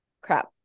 crap